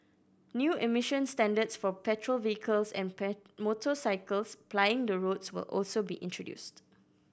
new emission standards for petrol vehicles and motorcycles plying the roads will also be introduced